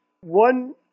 one